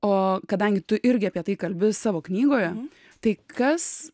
o kadangi tu irgi apie tai kalbi savo knygoje tai kas